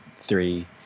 three